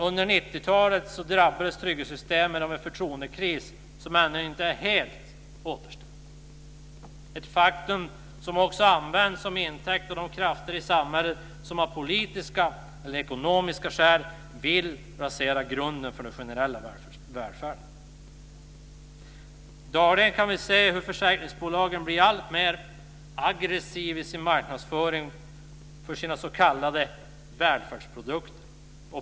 Under 90-talet drabbades trygghetssystemen av en förtroendekris som ännu inte är helt återställd. Det är ett faktum som också tas som intäkt av de krafter i samhället som av politiska eller ekonomiska skäl vill rasera grunden för den generella välfärden. Dagligen kan vi se hur försäkringsbolagen blir alltmer aggressiva i sin marknadsföring av sina s.k. välfärdsprodukter.